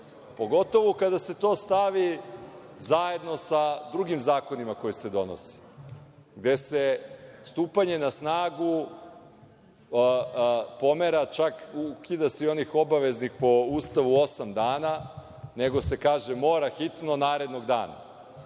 dana. Pogotovo kada se to stavi zajedno sa drugim zakonima koji se donose, gde se stupanje na snagu pomera, čak se ukida i onih obaveznih po Ustavu osam dana, nego se kaže – mora hitno, narednog dana.